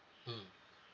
mmhmm